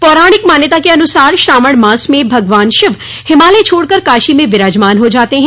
पौराणिक मान्यता के अनुसार श्रावण मास में भगवान शिव हिमालय छोड़कर काशी में विराजमान हो जाते हैं